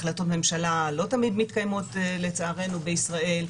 החלטות ממשלה לא תמיד מתקיימות לצערנו בישראל.